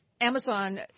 Amazon –